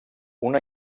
una